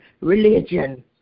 religion